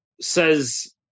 says